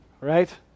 right